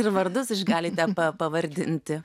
ir vardus galite pa pavardinti